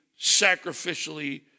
sacrificially